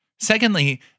Secondly